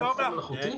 זה מחסור מלאכותי?